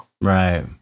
Right